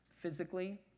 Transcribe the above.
physically